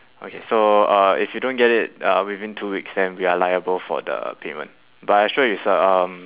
okay so uh if you don't get it uh within two weeks then we are liable for the payment but I assure you sir um